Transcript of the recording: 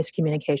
miscommunication